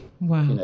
Wow